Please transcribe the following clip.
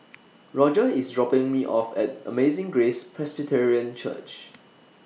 Roger IS dropping Me off At Amazing Grace Presbyterian Church